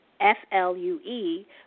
F-L-U-E